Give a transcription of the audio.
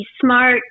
smart